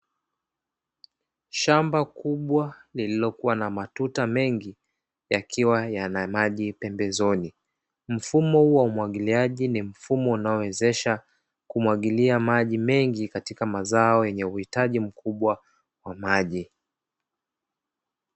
Shamba kubwa, lililokuwa na matuta mengi yakiwa yana maji pembezoni, mfumo huu wa umwagiliagi ni mfumo inayowezesha kumwagilia maji mengi katika mazao momyenye uhitaji mkubwa wa maji.